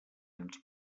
ens